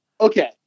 Okay